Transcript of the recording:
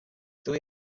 dwi